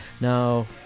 now